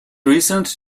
recent